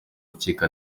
rukiko